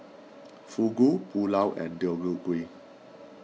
Fugu Pulao and Deodeok Gui